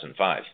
2005